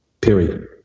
period